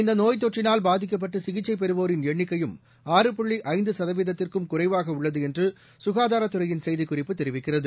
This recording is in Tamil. இந்தநோய் தொற்றினால் பாதிக்கப்பட்டுசிகிச்சைபெறுவோரின் எண்ணிக்கையும் ஆறு புள்ளிஐந்துசதவீதத்திற்கும் குறைவாகஉள்ளதுசுகாதாரத்துறையின் செய்திக்குறிப்பு தெரிவிக்கிறது